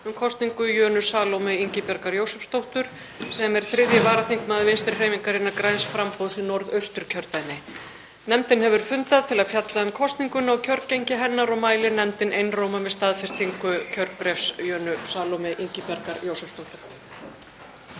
um kosningu Jönu Salóme Ingibjargar Jósepsdóttur sem er 3. varaþingmaður Vinstrihreyfingarinnar – græns framboðs í Norðausturkjördæmi. Nefndin hefur fundað til að fjalla um kosningu og kjörgengi hennar og mælir nefndin einróma með staðfestingu kjörbréfs Jönu Salóme Ingibjargar Jósepsdóttur.